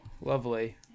lovely